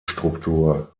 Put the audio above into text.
struktur